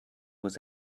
was